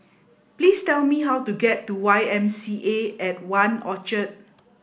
please tell me how to get to Y M C A at One Orchard